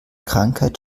krankheit